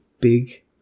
Big